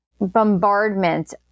bombardment